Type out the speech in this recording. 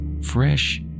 Fresh